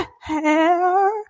hair